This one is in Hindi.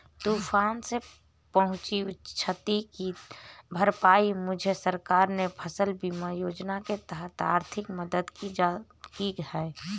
तूफान से पहुंची क्षति की भरपाई मुझे सरकार ने फसल बीमा योजना के तहत आर्थिक मदद से की है